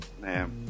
man